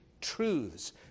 truths